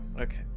Okay